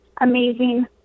amazing